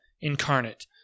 incarnate